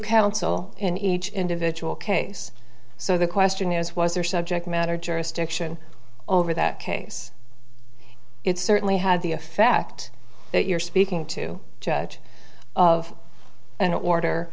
counsel in each individual case so the question is was there subject matter jurisdiction over that case it's certainly had the effect that you're speaking to judge of an order